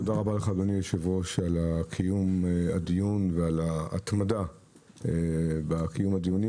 תודה רבה לך אדוני היושב-ראש על קיום הדיון ועל ההתמדה בקיום הדיונים,